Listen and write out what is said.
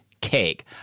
cake